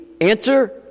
answer